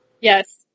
Yes